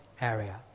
area